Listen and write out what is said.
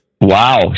Wow